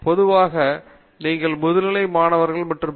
பொதுவாக நீங்கள் முதுநிலை மாணவர்கள் மற்றும் Ph